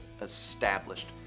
established